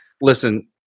Listen